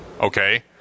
Okay